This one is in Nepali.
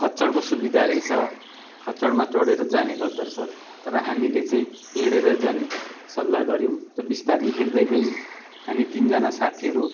खच्चडको सुविधा रहेछ खच्चडमा चढेर जाने गर्दो रहेछ तर हामीले चाहिँ हिँडेरै जाने सल्लाह गऱ्यौँ र बिस्तारी हिँड्दै गयौँ हामी तिनजना साथीहरू